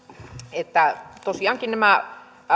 että tosiaankaan nämä